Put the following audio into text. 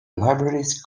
libraries